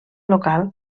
local